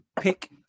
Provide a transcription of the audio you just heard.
pick